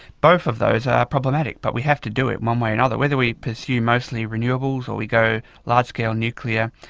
both of those are problematic, but we have to do it one way or another. whether we pursue mostly renewables or we go large-scale nuclear,